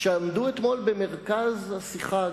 שעמדו אתמול במרכז השיחה,